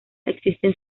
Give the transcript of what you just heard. existe